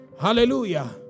Hallelujah